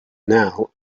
now